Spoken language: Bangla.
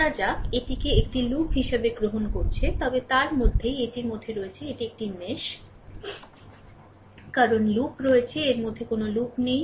ধরা যাক এটিকে একটি লুপ হিসাবে গ্রহণ করছে তবে তার মধ্যেই এটির মধ্যে রয়েছে এটি একটি মেশ কারণ লুপ রয়েছে এর মধ্যে কোনও লুপ নেই